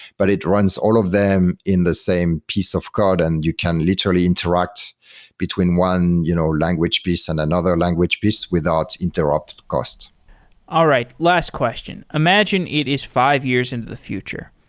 but it runs all of them in the same piece of code and you can literally interact between one you know language piece and another language piece without interrupt interrupt cost all right, last question. imagine it is five years into the future.